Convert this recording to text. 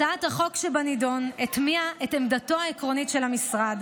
הצעת החוק שבנדון הטמיעה את עמדתו העקרונית של המשרד